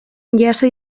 jaso